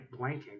blanking